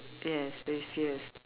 yes there is still